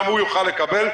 גם הוא יוכל לקבל,